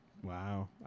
Wow